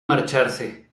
marcharse